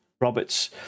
Roberts